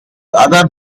other